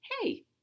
hey